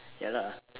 ya lah